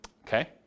okay